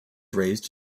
raised